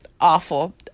awful